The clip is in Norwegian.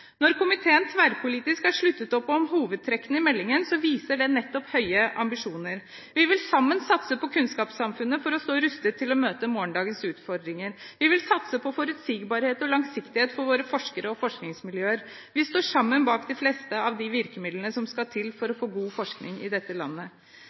Når komiteen tverrpolitisk har sluttet opp om hovedtrekkene i meldingen, viser det nettopp høye ambisjoner. Vi vil sammen satse på kunnskapssamfunnet for å stå rustet til å møte morgendagens utfordringer. Vi vil satse på forutsigbarhet og langsiktighet for våre forskere og forskningsmiljøer. Vi står sammen bak de fleste av de virkemidlene som skal til for